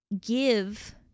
give